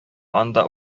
анда